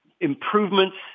improvements